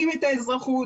האזרחות.